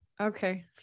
Okay